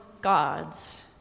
gods